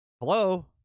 hello